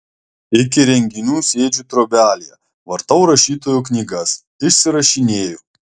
iki renginių sėdžiu trobelėje vartau rašytojo knygas išsirašinėju